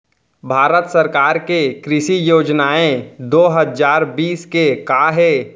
भारत सरकार के कृषि योजनाएं दो हजार बीस के का हे?